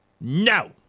No